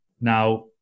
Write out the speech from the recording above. Now